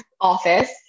office